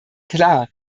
klar